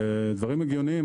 אלה דברים הגיוניים.